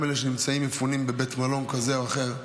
גם אלה שנמצאים מפונים בבית מלון כזה או אחר,